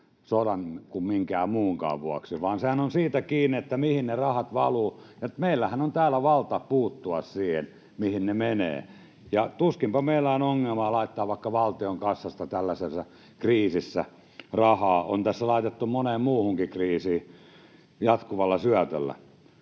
sodan tai minkään muunkaan vuoksi vaan sehän on siitä kiinni, mihin ne rahat valuvat. Meillähän on täällä valta puuttua siihen, mihin ne menevät, ja tuskinpa meillä on ongelmaa laittaa rahaa vaikka valtion kassasta tällaisessa kriisissä. On tässä laitettu moneen muuhunkin kriisiin jatkuvalla syötöllä.